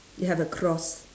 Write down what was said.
it have a cross